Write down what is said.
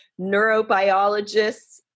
neurobiologists